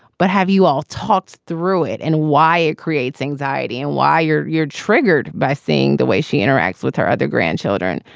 but have you all talked through it and why it creates anxiety and why you're you're triggered by seeing the way she interacts with her other grandchildren?